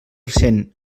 cent